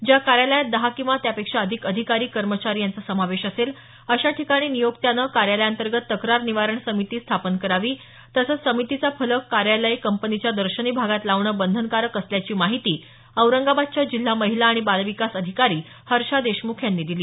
ज्या कार्यालयात दहा किंवा त्यापेक्षा अधिक अधिकारी कर्मचारी यांचा समावेश असेल अशा ठिकाणी नियोक्त्यानं कार्यालयाअंतर्गत तक्रार निवारण समिती स्थापन करावी तसंच समितीचा फलक कार्यालय कंपनीच्या दर्शनी भागात लावणं बंधनकारक असल्याची माहिती औरंगाबादच्या जिल्हा महिला आणि बाल विकास अधिकारी हर्षा देशमुख यांनी दिली